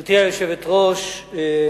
גברתי היושבת-ראש,